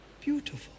Beautiful